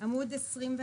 עמוד 21,